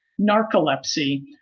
narcolepsy